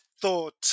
thought